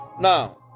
Now